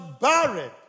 buried